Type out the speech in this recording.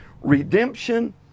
redemption